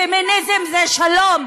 פמיניזם זה שלום,